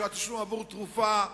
של התשלום עבור תרופה,